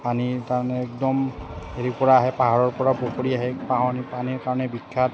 পানীৰ কাৰণে একদম হেৰি পৰা আহে পাহাৰৰ পৰা পৰি আহে পাহ পানীৰ কাৰণে বিখ্যাত